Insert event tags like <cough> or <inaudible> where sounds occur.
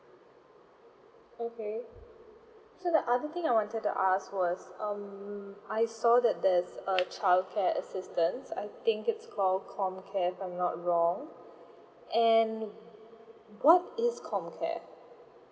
okay so that other thing I wanted to ask was um I saw that there's a childcare assistance I think it's call comcare if I'm not wrong <breath> and what is comcare